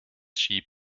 sheep